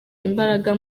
imbaraga